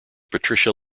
patricia